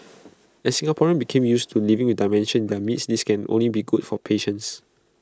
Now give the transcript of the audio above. as Singaporeans became used to living with dementia in their midst this can only be good for patients